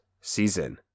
season